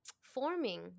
forming